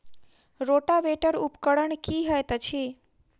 Rotavator उपकरण की हएत अछि?